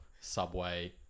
Subway